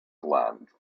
flattened